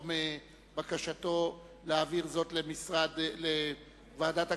מבקשתו להעביר את הצעת החוק לוועדת הכספים,